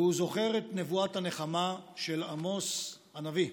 הוא זוכר את נבואת הנחמה של עמוס הנביא,